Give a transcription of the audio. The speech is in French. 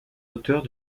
auteurs